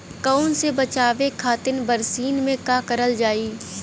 कवक से बचावे खातिन बरसीन मे का करल जाई?